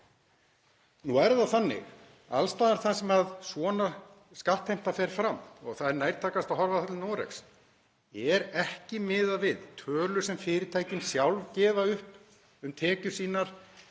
Nú er það þannig að alls staðar þar sem svona skattheimta fer fram, og það er nærtækast að horfa þar til Noregs, er ekki miðað við tölur sem fyrirtækin sjálf gefa upp um tekjur sínar